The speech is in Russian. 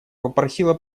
попросила